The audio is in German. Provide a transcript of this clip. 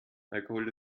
alkohol